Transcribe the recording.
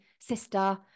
sister